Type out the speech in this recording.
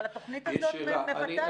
אבל התוכנית הזאת מבטאת את זה.